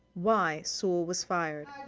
why sewell was fired.